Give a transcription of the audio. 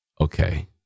Okay